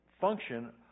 function